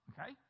Okay